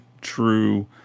true